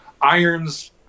Iron's